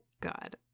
God